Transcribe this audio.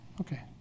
Okay